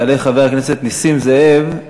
יעלה חבר הכנסת נסים זאב,